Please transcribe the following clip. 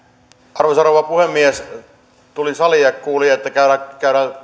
arvoisa rouva puhemies tulin saliin ja kuulin että käydään